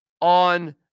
on